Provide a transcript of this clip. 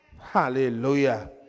Hallelujah